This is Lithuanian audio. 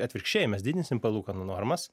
atvirkščiai mes didinsim palūkanų normas